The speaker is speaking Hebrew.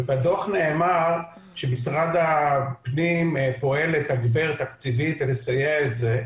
בדוח נאמר שמשרד הפנים פועל לתגבר תקציבית ולסייע בזה,